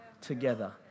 together